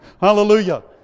Hallelujah